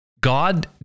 God